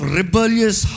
rebellious